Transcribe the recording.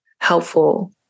helpful